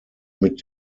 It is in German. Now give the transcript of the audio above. mit